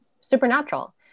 supernatural